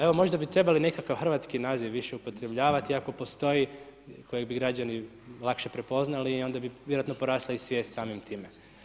Evo možda bi trebali nekakav hrvatski naziv više upotrebljavati ako postoji koji bi građani lakše prepoznali i onda bi vjerojatno porasla i svijest samim time.